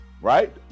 right